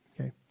Okay